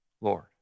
Lord